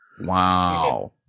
Wow